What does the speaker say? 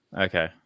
Okay